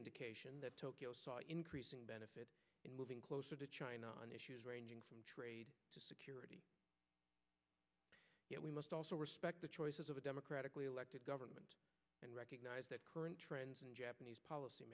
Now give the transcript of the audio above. indication that increasing benefit in moving closer to china on issues ranging from trade to security we must also respect the choices of a democratically elected government and recognize the current trends in japanese policy